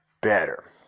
better